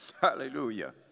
Hallelujah